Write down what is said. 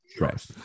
right